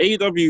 AW